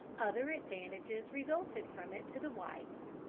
other advantages resulted from it to the whites.